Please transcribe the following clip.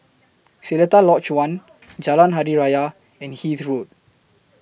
Seletar Lodge one Jalan Hari Raya and Hythe Road